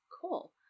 cool